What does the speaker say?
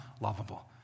lovable